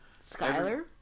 Skyler